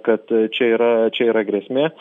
kad čia yra čia yra grėsmė